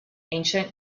ancient